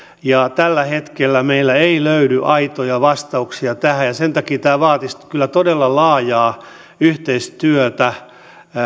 tällä hetkellä meillä ei löydy aitoja vastauksia tähän ja sen takia tämä vaatisi kyllä todella laajaa yhteistyötä